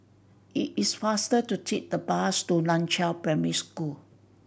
it is faster to take the bus to Nan Chiau Primary School